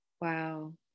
Wow